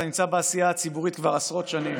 אתה נמצא בעשייה הציבורית כבר עשרות שנים.